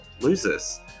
loses